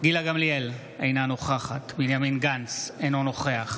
גילה גמליאל, אינה נוכחת בנימין גנץ, אינו נוכח